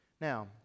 Now